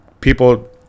people